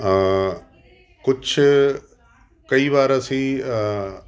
ਕੁਛ ਕਈ ਵਾਰ ਅਸੀਂ